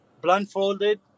blindfolded